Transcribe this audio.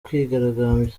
kwigaragambya